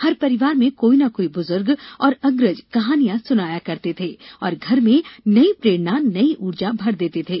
हर परिवार में कोई न कोई बुजुर्ग और अग्रज कहानियां सुनाया करते थे और घर में नई प्रेरणा नई ऊर्जा भर देते थे